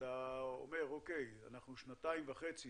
אנחנו שנתיים וחצי